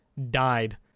Died